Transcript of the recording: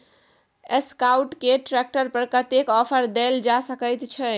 Escort के tractor पर कतेक ऑफर दैल जा सकेत छै?